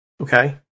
Okay